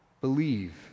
Believe